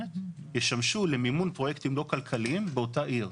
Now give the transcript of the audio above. מסוימת ישמשו למימון פרויקטים לא כלכליים באותה עיר.